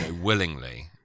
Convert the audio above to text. willingly